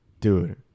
dude